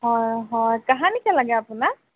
হয় হয় কাহানিকৈ লাগে আপোনাক